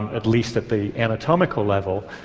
at least at the anatomical level.